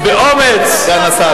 של המשכנתה.